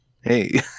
Hey